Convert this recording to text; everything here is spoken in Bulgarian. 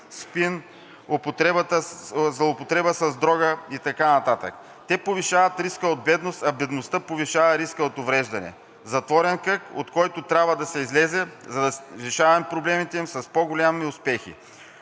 злоупотребата с дрога и така нататък. Те повишат риска от бедност, а бедността повишава риска от увреждания. Затворен кръг, от който трябва да се излезе, за да решаваме проблемите с по голям успех.